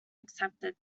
accepted